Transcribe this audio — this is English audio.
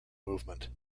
movement